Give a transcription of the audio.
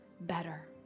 better